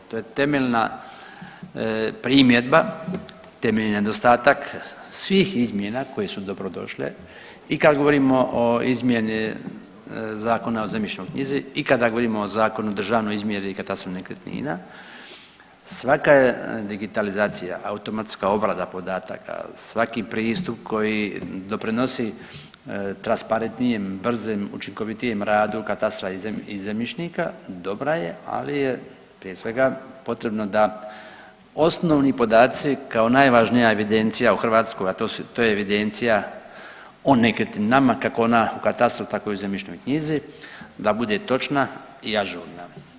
To je temeljna primjedba, temeljni nedostatak svih izmjena koje su dobro došle i kad govorimo o izmjeni Zakona o zemljišnoj knjizi i kada govorimo o Zakonu o državnoj izmjeri i katastru nekretnina svaka je digitalizacija automatska obrada podataka, svaki pristup koji doprinosi transparentnijem, bržem, učinkovitijem radu katastra i zemljišnika, dobra je ali je prije svega potrebno da osnovni podaci kao najvažnija evidencija u Hrvatskoj, a to je evidencija o nekretninama kako ona u katastru, tako i u zemljišnoj knjizi da bude točna i ažurna.